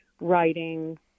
writing